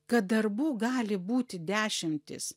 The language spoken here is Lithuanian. kad darbų gali būti dešimtys